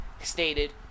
stated